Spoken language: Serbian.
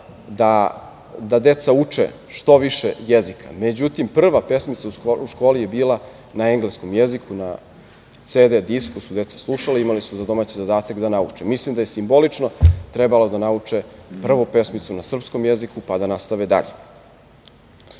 da deca uče što više jezika. Međutim, prva pesmica u školi je bila na engleskom jeziku, na CD disku su deca slušala, imali su za domaći zadatak da nauče. Mislim da je simbolično trebalo da nauče prvo pesmicu na srpskom jeziku, pa da nastave dalje. Ima